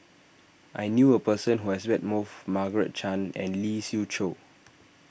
I knew a person who has met both Margaret Chan and Lee Siew Choh